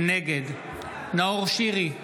נגד נאור שירי,